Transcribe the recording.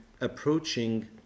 approaching